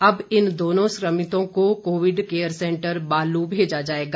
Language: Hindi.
अब इन दोनों संक्रमितों को कोविड केयर सैंटर बालू भेजा जाएगा